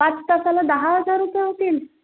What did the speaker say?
पाच तासाला दहा हजार रुपये होतील